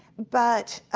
but,